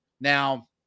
Now